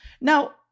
Now